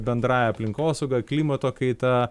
bendrąja aplinkosauga klimato kaita